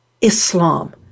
Islam